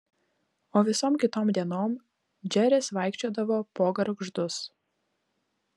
o visom kitom dienom džeris vaikščiodavo po gargždus